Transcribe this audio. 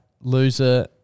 loser